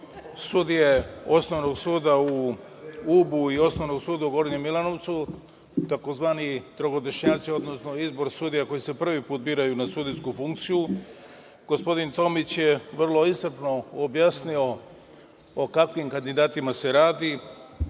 sudije Osnovnog suda u Ubu i Osnovnog suda u Gornjem Milanovcu, tzv. trogodišnjaci, odnosno izbor sudija koji se prvi put biraju na sudijsku funkciju, gospodin Tomić je vrlo iscrpno objasnio o kakvim kandidatima se radi.